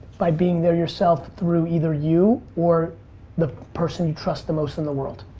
by being there yourself through either you or the person you trust the most in the world.